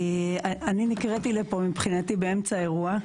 אני נקראתי לפה מבחינתי באמצע אירוע.